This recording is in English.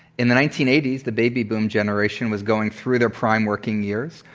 in the nineteen eighty s, the baby boom generation was going through their prime working years.